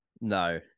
No